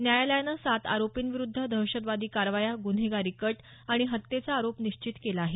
न्यायालयानं सात आरोपींविरुद्ध दहशतवादी कारवाया गुन्हेगारी कट आणि हत्येचा आरोप निश्चित केला आहे